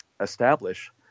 establish